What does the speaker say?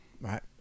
right